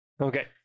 Okay